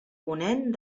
ponent